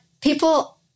people